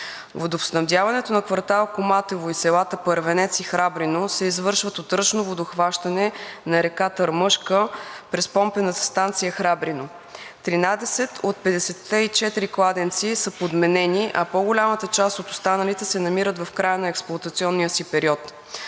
Водоснабдяването на квартал „Коматево“ и селата Първенец и Храбрино се извършва от ръчно водохващане на река Търмъшка през помпената станция „Храбрино“. Тринадесет от 54-те кладенци са подменени, а по-голямата част от останалите се намират в края на експлоатационния си период.